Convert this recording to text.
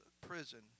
prison